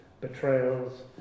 betrayals